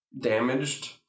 damaged